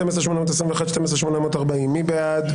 12,761 עד 12,780, מי בעד?